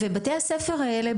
ובתי הספר האלה,